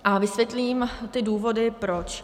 A vysvětlím ty důvody proč.